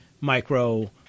micro